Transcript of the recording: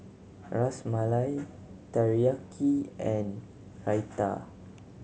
Ras Malai Teriyaki and Raita